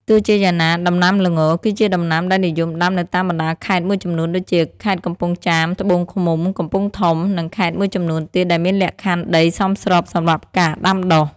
ទោះជាយ៉ាងណា ដំណាំល្ង គឺជាដំណាំដែលនិយមដាំនៅតាមបណ្ដាខេត្តមួយចំនួនដូចជា ខេត្តកំពង់ចាម ត្បូងឃ្មុំ កំពង់ធំ និងខេត្តមួយចំនួនទៀតដែលមានលក្ខខណ្ឌដីសមស្របសម្រាប់ការដាំដុះ។